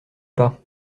pas